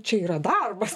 čia yra darbas